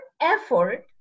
effort